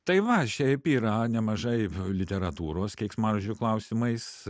tai va šiaip yra nemažai literatūros keiksmažodžių klausimais